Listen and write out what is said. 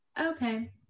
Okay